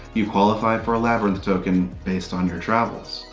you qualify for a labyrinth token based on your travels.